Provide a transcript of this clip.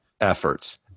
efforts